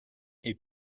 est